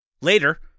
Later